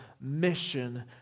mission